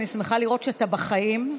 אני שמחה לראות שאתה בחיים,